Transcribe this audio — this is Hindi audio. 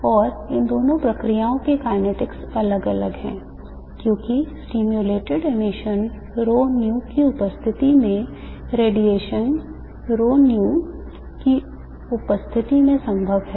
और इन दोनों प्रक्रियाओं के kinetics अलग अलग हैं क्योंकि stimulated emission ρν की उपस्थिति में रेडिएशन ρν की उपस्थिति में संभव है